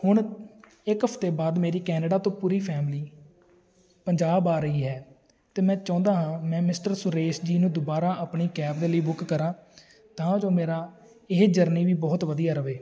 ਹੁਣ ਇੱਕ ਹਫਤੇ ਬਾਅਦ ਮੇਰੀ ਕੈਨੇਡਾ ਤੋਂ ਪੂਰੀ ਫੈਮਿਲੀ ਪੰਜਾਬ ਆ ਰਹੀ ਹੈ ਅਤੇ ਮੈਂ ਚਾਹੁੰਦਾ ਹਾਂ ਮੈਂ ਮਿਸਟਰ ਸੁਰੇਸ਼ ਜੀ ਨੂੰ ਦੁਬਾਰਾ ਆਪਣੀ ਕੈਬ ਦੇ ਲਈ ਬੁੱਕ ਕਰਾਂ ਤਾਂ ਜੋ ਮੇਰਾ ਇਹ ਜਰਨੀ ਵੀ ਬਹੁਤ ਵਧੀਆ ਰਹੇ